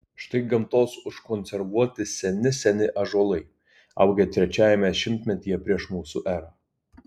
štai gamtos užkonservuoti seni seni ąžuolai augę trečiajame šimtmetyje prieš mūsų erą